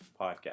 podcast